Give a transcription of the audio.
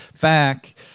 back